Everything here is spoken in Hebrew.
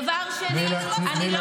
דבר שני, לא צריך, אני הצעתי.